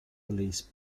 police